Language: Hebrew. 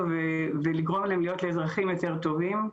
ולגרום להם להיות לאזרחים יותר טובים.